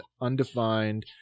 undefined